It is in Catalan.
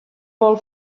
vol